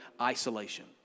isolation